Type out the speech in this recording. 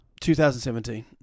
2017